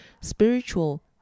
spiritual